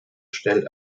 stellt